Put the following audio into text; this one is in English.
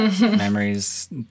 Memories